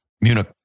Munich